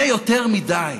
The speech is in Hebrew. זה יותר מדי.